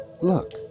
look